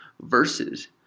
versus